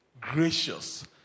gracious